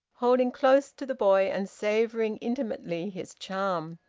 holding close to the boy, and savouring intimately his charm.